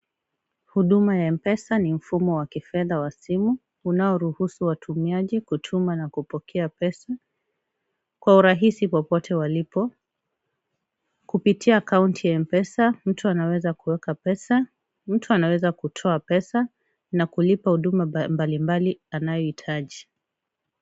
Huduma ya m pesa ni mfumo wa kifedha ya simu unaoruhusu watumiaji kutuma na kupokea pesa kwa urahisi mahali popote walipo. Kupitia m pesa mtu anaweza kuweka pesa, mtu anaweza kutoa pesa na kulipa huduma mbalimbali ile anayohitaji.